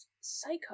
psycho